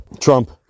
Trump